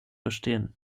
bestehen